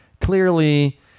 clearly